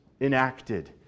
enacted